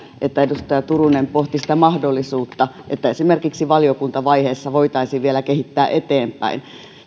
että edustaja turunen pohti sitä mahdollisuutta että esimerkiksi valiokuntavaiheessa voitaisiin vielä kehittää tätä eteenpäin